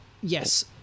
Yes